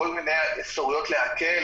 כל מיני אפשרויות להקל